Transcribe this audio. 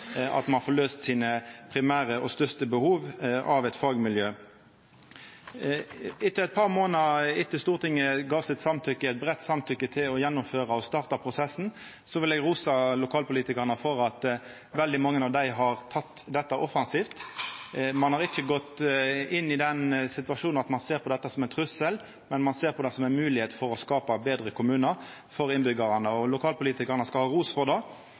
at ein får løyst sine primære og største behov av eit fagmiljø. No, eit par månader etter at Stortinget gav eit breitt samtykke til å gjennomføra og starta prosessen, vil eg rosa lokalpolitikarane for at veldig mange av dei har teke dette offensivt. Ein har ikkje gått inn i situasjonen og sett på dette som ein trugsel, men ein ser på dette som ei moglegheit til å skapa betre kommunar for innbyggjarane. Lokalpolitikarane skal ha ros for det.